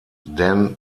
dan